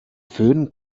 föhn